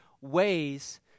ways